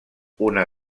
una